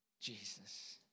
Jesus